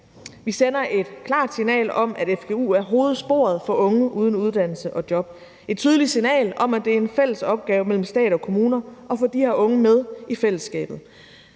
Vi sender et klart signal om, at fgu er hovedsporet for unge uden uddannelse og job, og et tydeligt signal om, at det er en fælles opgave mellem stat og kommuner at få de her unge med i fællesskabet.